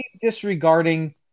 disregarding